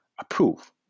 approve